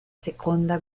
seconda